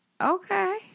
Okay